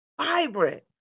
Vibrant